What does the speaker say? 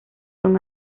son